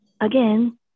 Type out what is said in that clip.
Again